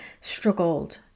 struggled